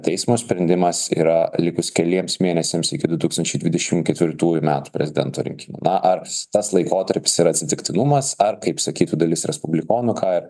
teismo sprendimas yra likus keliems mėnesiams iki du tūkstančiai dvidešim ketvirtųjų metų prezidento rinkimų na ar tas laikotarpis yra atsitiktinumas ar kaip sakytų dalis respublikonų ką